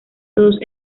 todos